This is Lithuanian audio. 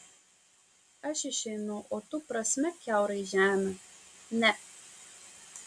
aš išeinu o tu prasmek kiaurai žemę ne